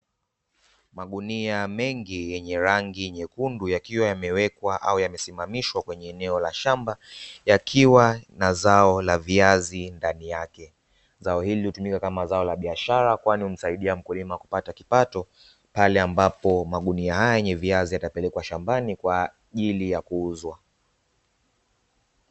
Magunia mengi yenye rangi nyekundu yakiwa yamewekwa au yamesimamishwa kwenye eneo la shamba, yakiwa na zao la viazi ndani yake. Zao hili hutumika kama zao la biashara kwani humsaidia mkulima kupata kipato pale ambapo magunia haya ya viazi yatapelekwa sokoni kuuzwa.